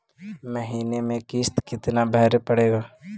महीने में किस्त कितना भरें पड़ेगा?